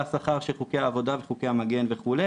השכר של חוקי העבודה וחוקי המגן וכו',